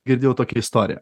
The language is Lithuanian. girdėjau tokią istoriją